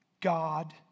God